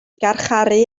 garcharu